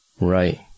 Right